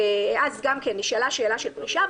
ואז גם כן נשאלה שאלה של פרישה.